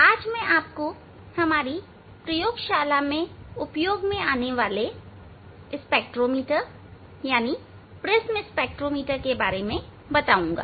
आज मैं हमारी प्रयोगशाला में उपयोग मैं आने वाले स्पेक्ट्रोमीटर प्रिज्म स्पेक्ट्रोमीटर के बारे में चर्चा करूंगा